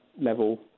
level